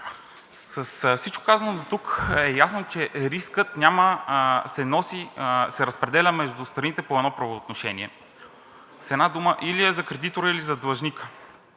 С всичко казано дотук е ясно, че рискът се разпределя между страните по едно правоотношение. С една дума или е за кредитора, или за длъжника.